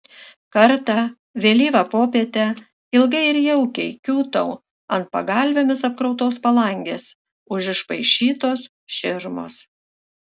kartą vėlyvą popietę ilgai ir jaukiai kiūtau ant pagalvėmis apkrautos palangės už išpaišytos širmos